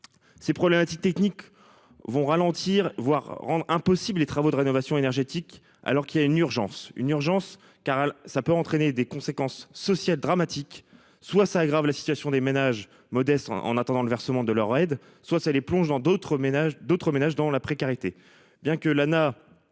Ces problématiques techniques vont ralentir, voire rendre impossible. Les travaux de rénovation énergétique alors qu'il y a une urgence, une urgence car ça peut entraîner des conséquences sociales dramatiques soit ça aggrave la situation des ménages modestes. En attendant le versement de leur aide, soit c'est les plonge dans d'autres ménages d'autres ménages